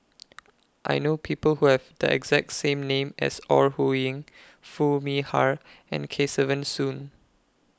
I know People Who Have The exact same name as Ore Huiying Foo Mee Har and Kesavan Soon